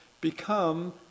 become